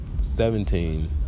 Seventeen